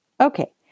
okay